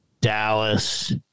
Dallas